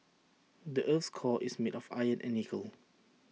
the Earth's core is made of iron and nickel